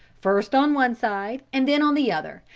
first on one side and then on the other,